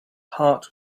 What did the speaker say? heart